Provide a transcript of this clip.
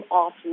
off